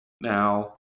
now